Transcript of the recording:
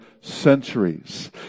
centuries